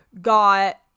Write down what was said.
Got